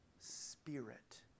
spirit